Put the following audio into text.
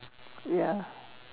ya